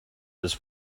this